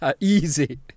Easy